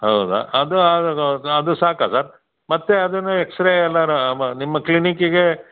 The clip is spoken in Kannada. ಹೌದಾ ಅದು ಅದು ಸಾಕಾ ಸರ್ ಮತ್ತೆ ಅದನ್ನು ಎಕ್ಸ್ ರೇ ಏನಾದ್ರು ಬ ನಿಮ್ಮ ಕ್ಲಿನಿಕ್ಕಿಗೆ